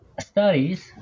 studies